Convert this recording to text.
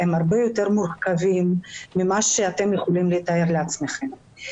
הם הרבה יותר מורכבים ממה שאתם יכולים לתאר לעצמכם.